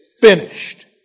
finished